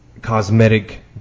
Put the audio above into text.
cosmetic